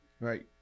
Right